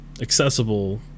accessible